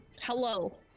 Hello